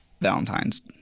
Valentine's